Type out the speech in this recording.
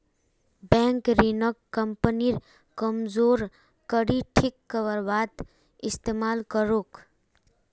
bank ऋणक कंपनीर कमजोर कड़ी ठीक करवात इस्तमाल करोक